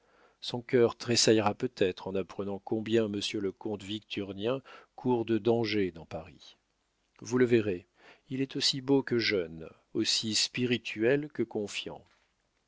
son cœur tressaillera peut-être en apprenant combien monsieur le comte victurnien court de dangers dans paris vous le verrez il est aussi beau que jeune aussi spirituel que confiant